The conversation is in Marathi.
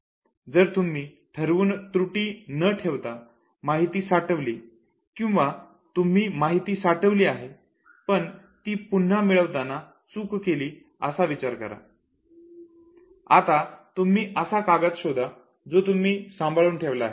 जर तुम्ही ठरवून त्रुटी न ठेवता माहिती साठवली किंवा तुम्ही माहिती साठवली आहे पण ती पुन्हा मिळवताना चूक केली असा विचार करा आता तुम्ही असा कागद शोधा जो तुम्ही सांभाळून ठेवला आहे